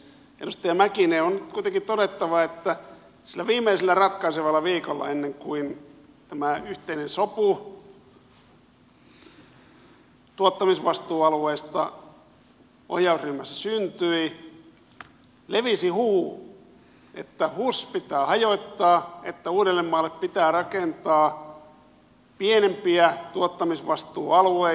edustaja mäkinen on nyt kuitenkin todettava että sillä viimeisellä ratkaisevalla viikolla ennen kuin tämä yhteinen sopu tuottamisvastuualueista ohjausryhmässä syntyi levisi huhu että hus pitää hajottaa ja että uudellemaalle pitää rakentaa pienempiä tuottamisvastuualueita